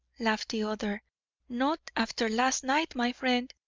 laughed the other not after last night, my friend.